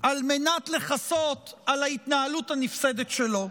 על מנת לכסות על ההתנהלות הנפסדת שלו.